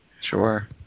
Sure